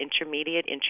intermediate